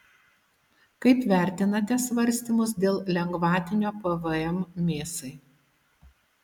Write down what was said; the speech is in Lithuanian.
kaip vertinate svarstymus dėl lengvatinio pvm mėsai